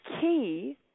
key